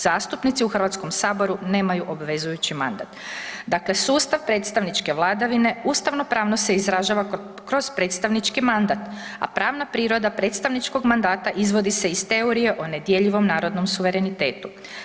Zastupnici u HS-u nemaju obvezujući mandat.“ Dakle, sustav predstavničke vladavine ustavnopravno se izražava kroz predstavnički mandat, a pravna priroda predstavničkog mandata izvodi se iz teorije o nedjeljivom narodnom suverenitetu.